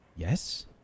Yes